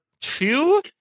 two